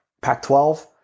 Pac-12